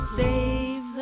save